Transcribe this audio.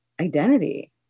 identity